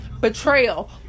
betrayal